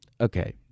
okay